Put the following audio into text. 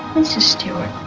mrs stewart.